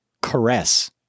caress